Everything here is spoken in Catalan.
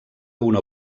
una